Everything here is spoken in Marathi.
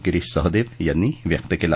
गिरीश सहदेव यांनी व्यक्त केलं